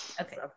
Okay